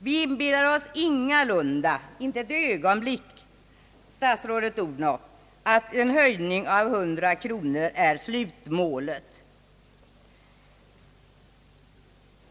Vi inbillar oss ingalunda, statsrådet Odhnoff, att en höjning med 100 kronor är slutmålet.